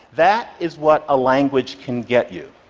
that is what a language can get you.